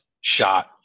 shot